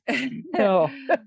No